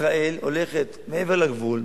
ישראל הולכת מעבר לגבול,